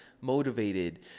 motivated